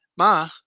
Ma